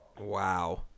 Wow